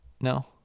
No